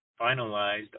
finalized